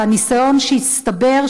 והניסיון שהצטבר,